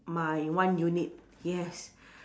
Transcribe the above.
my one unit yes